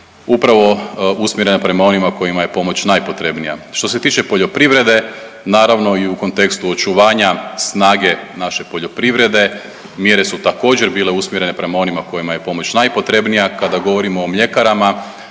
upravo usmjerena prema onima kojima je pomoć najpotrebnija. Što se tiče poljoprivrede, naravno i u kontekstu očuvanja snage naše poljoprivrede mjere su također bile usmjerene prema onima kojima je pomoć najpotrebnija. Kada govorimo o mljekarama